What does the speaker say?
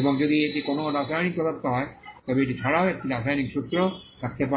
এবং যদি এটি কোনও রাসায়নিক পদার্থ হয় তবে এটি এছাড়াও একটি রাসায়নিক সূত্র থাকতে পারে